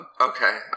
okay